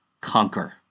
conquer